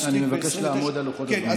אני מבקש לעמוד על לוחות הזמנים.